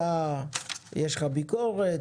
אתה יש לך ביקורת,